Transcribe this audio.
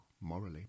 morally